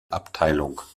abteilung